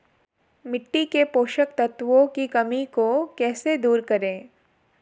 मिट्टी के पोषक तत्वों की कमी को कैसे दूर करें?